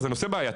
זה נושא בעייתי,